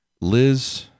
Liz